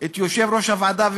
את יושב-ראש הוועדה,